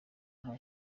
nta